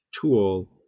tool